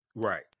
Right